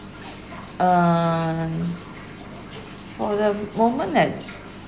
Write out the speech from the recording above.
um for the moment at